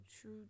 true